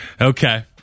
okay